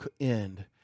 end